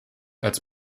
als